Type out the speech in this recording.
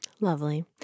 Lovely